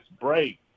break